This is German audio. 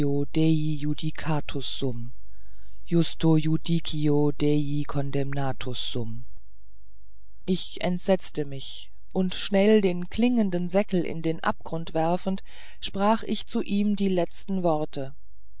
dei condemnatus sum ich entsetzte mich und schnell den klingenden säckel in den abgrund werfend sprach ich zu ihm die letzten worte